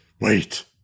Wait